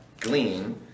glean